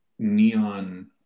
neon